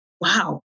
Wow